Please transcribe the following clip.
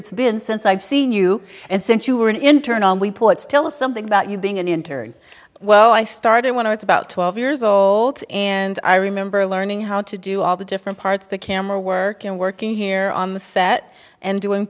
it's been since i've seen you and since you were an intern on we ports tell us something about you being an intern well i started when i was about twelve years old and i remember learning how to do all the different parts the camera work and working here on the fet and doing